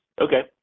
Okay